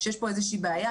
שיש פה איזה שהיא בעיה,